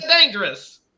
dangerous